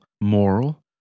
moral